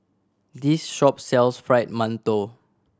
this shop sells Fried Mantou